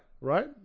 Right